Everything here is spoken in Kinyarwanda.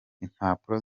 impapuro